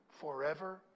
forever